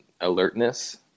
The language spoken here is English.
alertness